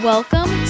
Welcome